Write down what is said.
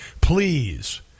Please